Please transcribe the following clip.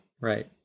right